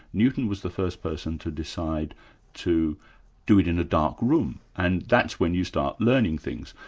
newton was the first person to decide to do it in a dark room, and that's when you start learning things.